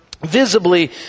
visibly